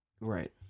Right